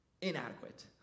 inadequate